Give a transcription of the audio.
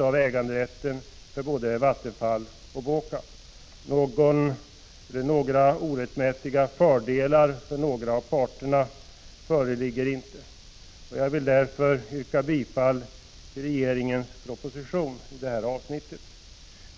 av äganderätten för både Vattenfall och BÅKAB. Några orättmätiga fördelar för någon av parterna föreligger inte. Jag vill därför yrka bifall till propositionens förslag i detta avsnitt.